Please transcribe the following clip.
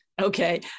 Okay